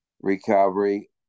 recovery